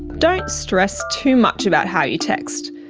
don't stress too much about how you text.